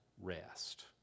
rest